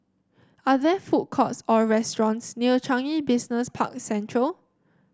are there food courts or restaurants near Changi Business Park Central